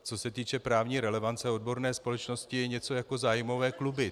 Co se týče právní relevance, odborné společnosti jsou něco jako zájmové kluby.